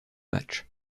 match